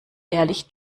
ehrlich